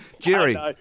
Jerry